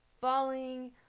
falling